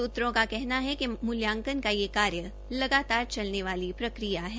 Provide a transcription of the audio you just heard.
सूत्रों का कहना है कि मूल्यांकन का यह कार्य लगातार चलने वाली प्रक्रिया है